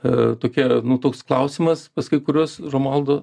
a tokia nu toks klausimas pas kai kuriuos romualdo